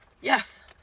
Yes